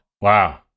Wow